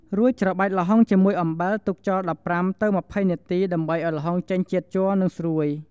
រួចច្របាច់ល្ហុងជាមួយអំបិល ទុកចោល ១៥-២០ នាទី ដើម្បីឲ្យល្ហុងចេញជាតិជ័រ និងស្រួយ។